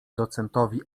docentowi